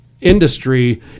industry